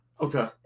Okay